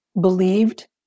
believed